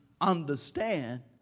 understand